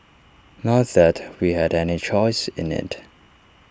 not that we had any choice in IT